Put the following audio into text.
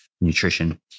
nutrition